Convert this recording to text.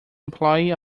employee